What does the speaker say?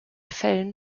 fällen